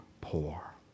poor